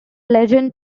legend